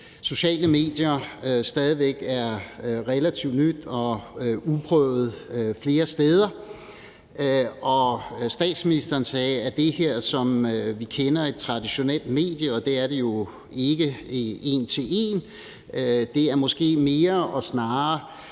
sociale medier stadig væk er noget relativt nyt og uprøvet flere steder. Statsministeren sagde, at det her, som vi kender, er et traditionelt medie, og det er det jo ikke en til en. Det er måske mere og snarere